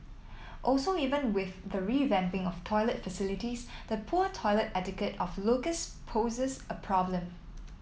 also even with the revamping of toilet facilities the poor toilet etiquette of locals poses a problem